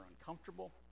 uncomfortable